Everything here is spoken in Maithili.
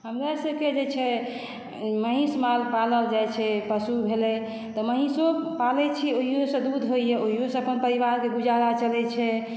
हमरा सबकेँ जे छै महिष माल पालल जाइ छै पशु भेलै तऽ महिषो पालै छियै ओहियो सँ दूध होइए ओहियो सँ अपन परिवारके गुजारा चलै छै